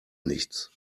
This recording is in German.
nichts